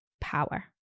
power